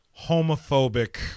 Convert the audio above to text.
homophobic